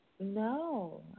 No